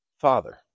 father